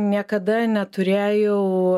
niekada neturėjau